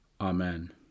Amen